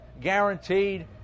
guaranteed